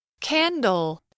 candle